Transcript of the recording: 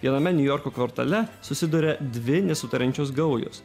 viename niujorko kvartale susiduria dvi nesutariančios gaujos